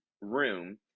room